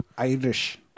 Irish